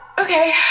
Okay